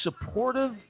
supportive